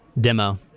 demo